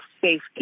safety